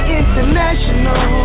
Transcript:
international